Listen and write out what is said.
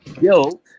guilt